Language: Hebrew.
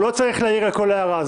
לא צריך להעיר על כל הערה.